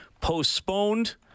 postponed